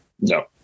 No